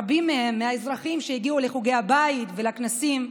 רבים מהם, מהאזרחים שהגיעו לחוגי הבית ולכנסים,